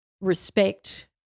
respect